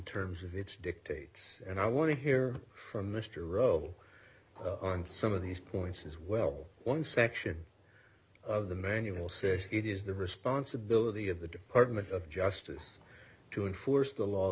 terms of its dictates and i want to hear from mr roe on some of these points as well one section of the manual says it is the responsibility of the department of justice to enforce the law